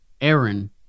Aaron